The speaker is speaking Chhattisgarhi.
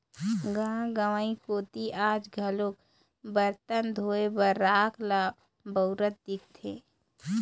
गाँव गंवई कोती आज घलोक बरतन धोए बर राख ल बउरत दिखथे